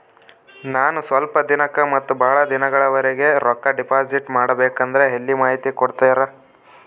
ನಾನು ಸ್ವಲ್ಪ ದಿನಕ್ಕ ಮತ್ತ ಬಹಳ ದಿನಗಳವರೆಗೆ ರೊಕ್ಕ ಡಿಪಾಸಿಟ್ ಮಾಡಬೇಕಂದ್ರ ಎಲ್ಲಿ ಮಾಹಿತಿ ಕೊಡ್ತೇರಾ?